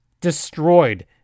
destroyed